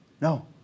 No